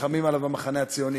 נלחמים עליו במחנה הציוני.